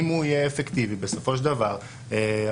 אם הוא יהיה אפקטיבי בסופו של דבר מערך